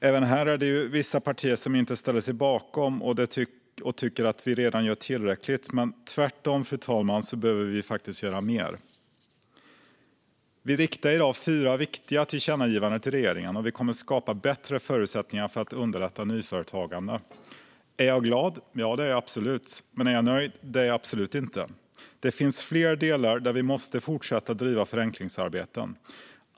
Även här är det vissa partier som inte ställer sig bakom det utan tycker att vi redan gör tillräckligt. Vi behöver tvärtom göra mer, fru talman. Vi riktar i dag fyra viktiga tillkännagivanden till regeringen. Vi kommer att skapa bättre förutsättningar för att underlätta nyföretagande. Är jag glad? Ja, det är jag absolut. Men är jag nöjd? Det är jag absolut inte. Det finns fler delar där vi måste fortsätta att driva förenklingsarbeten.